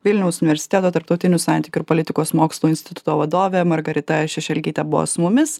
vilniaus universiteto tarptautinių santykių ir politikos mokslų instituto vadovė margarita šešelgytė buvo su mumis